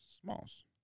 Smalls